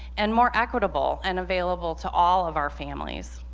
and more equitable and available to all of our families.